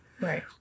right